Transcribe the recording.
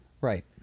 Right